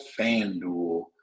FanDuel